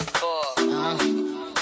four